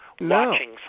watching